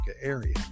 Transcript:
area